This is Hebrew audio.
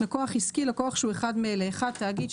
"לקוח עסקי" - לקוח שהוא אחד מאלה: תאגיד,